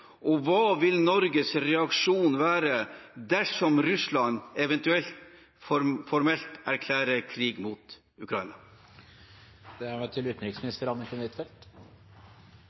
og hva vil Norges reaksjon være dersom Russland eventuelt formelt erklærer krig mot Ukraina? Situasjonen i Ukraina er